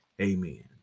Amen